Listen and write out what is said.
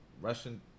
Russian